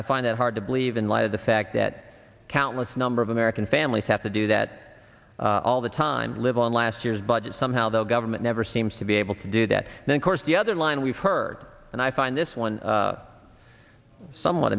i find it hard to believe in light of the fact that countless number of american families have to do that all the time live on last year's budget somehow the government never seems to be able to do that and of course the other line we've heard and i find this one somewhat